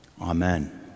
Amen